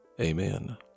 Amen